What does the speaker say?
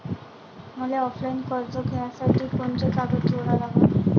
मले ऑफलाईन कर्ज घ्यासाठी कोंते कागद जोडा लागन?